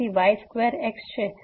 તેથી y 2 x છે